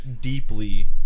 deeply